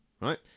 Right